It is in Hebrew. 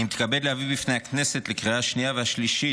אני מתכבד להביא בפני הכנסת לקריאה השנייה והשלישית